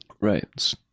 Right